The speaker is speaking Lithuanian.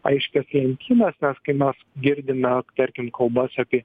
aiškias lentynas nes kai mes girdime tarkim kalbas apie